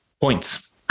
Points